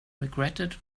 regretted